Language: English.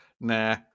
nah